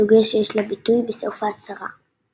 סוגיה שיש לה ביטוי בסוף ההצהרה.